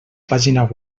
pàgina